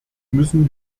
müssen